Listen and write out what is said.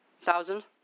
Thousand